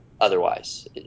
otherwise